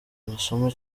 amasomo